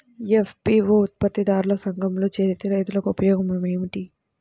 FPO ఉత్పత్తి దారుల సంఘములో చేరితే రైతులకు ఉపయోగము ఏమిటి?